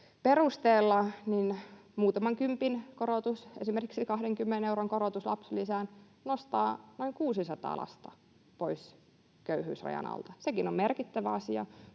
perusteella, niin muutaman kympin — esimerkiksi 20 euron — korotus lapsilisään nostaa noin 600 lasta pois köyhyysrajan alta. Sekin on merkittävä asia,